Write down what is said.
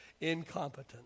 incompetent